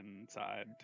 inside